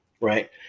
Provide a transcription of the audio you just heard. right